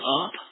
up